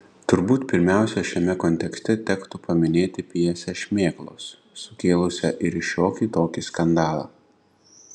turbūt pirmiausia šiame kontekste tektų paminėti pjesę šmėklos sukėlusią ir šiokį tokį skandalą